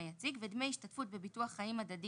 היציג ודמי השתתפות בביטוח חיים הדדי